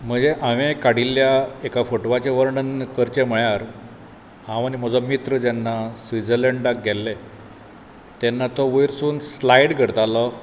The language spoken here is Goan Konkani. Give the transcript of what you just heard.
म्हज्या हांवें काडिल्ल्या एका फोटवाचें वर्णन करचें म्हळ्यार हांव आनी म्हजो मित्र जेन्ना स्विजर्लेंडाक गेल्ले तेन्ना तो वयर सून स्लायड करतालो